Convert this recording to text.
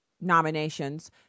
nominations